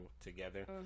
together